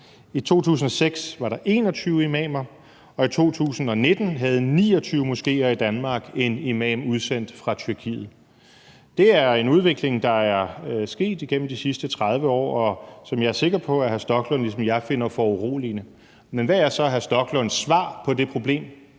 I 2006 var der 21 imamer, og i 2019 havde 29 moskéer i Danmark en imam udsendt fra Tyrkiet. Det er en udvikling, der er sket igennem de sidste 30, og som jeg er sikker på hr. Rasmus Stoklund ligesom jeg finder foruroligende. Men hvad er så hr. Rasmus Stoklunds svar på det problem,